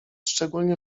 szczególnie